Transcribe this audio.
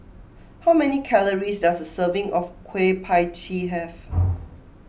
how many calories does a serving of Kueh Pie Tee have